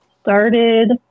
started